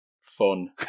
fun